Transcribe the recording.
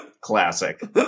classic